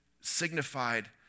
signified